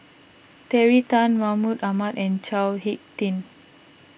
Terry Tan Mahmud Ahmad and Chao Hick Tin